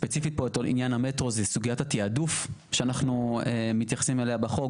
ספציפית עניין המטרו זה סוגיית התעדוף שאנחנו מתייחסים אליה בחוק,